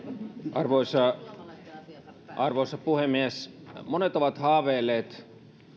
arvoisa arvoisa puhemies monet ovat haaveilleet